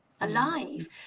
alive